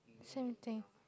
same thing